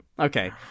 Okay